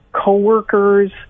coworkers